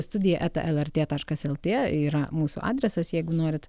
studija eta lrt taškas lt yra mūsų adresas jeigu norit